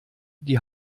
die